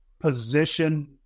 position